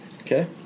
Okay